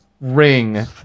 ring